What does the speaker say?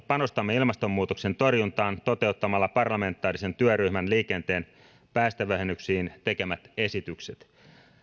panostamme ilmastonmuutoksen torjuntaan toteuttamalla parlamentaarisen työryhmän liikenteen päästövähennyksiin tekemät esitykset